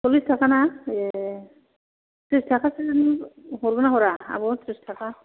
सरलिस थाखा ना ए थ्रिस थाखासोनि हरगोन ना हरा आब' थ्रिस थाखा